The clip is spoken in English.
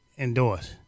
Endorse